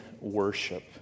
worship